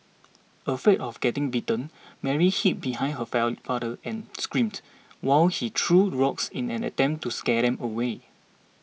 afraid of getting bitten Mary hid behind her father and screamed while he threw rocks in an attempt to scare them away